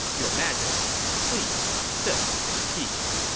your majesty, please sit in peace.